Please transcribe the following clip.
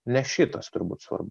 ne šitas turbūt svarbu